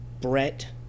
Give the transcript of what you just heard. Brett